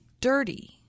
dirty